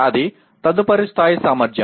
అది తదుపరి స్థాయి సామర్థ్యం